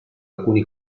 alcuni